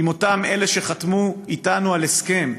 עם אלה שחתמו איתנו על הסכם,